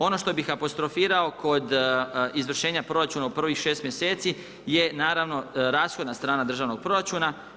Ono što bih apostrofirao kod izvršenja proračuna u prvih šest mjeseci je naravno rashodna strana državnog proračuna.